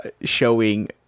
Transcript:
showing